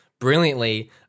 Brilliantly